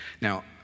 Now